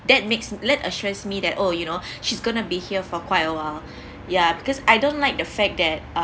that makes let assures me that oh you know she's gonna be here for quite awhile ya because I don't like the fact that uh